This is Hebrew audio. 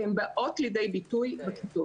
והם באות לידי ביטוי בכיתות.